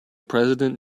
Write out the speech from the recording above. president